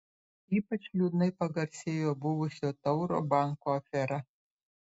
ypač liūdnai pagarsėjo buvusio tauro banko afera